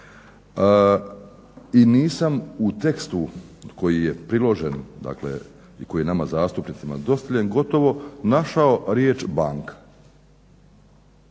i nisam u tekstu koji je priložen koji je nama zastupnicima dostavljen gotovo našao riječ banka.